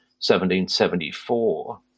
1774